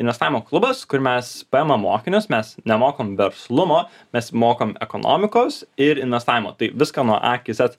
investavimo klubas kur mes paimam mokinius mes nemokom verslumo mes mokom ekonomikos ir investavimo tai viską nuo a iki z